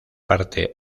parte